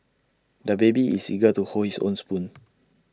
the baby is eager to hold his own spoon